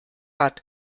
hat